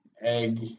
egg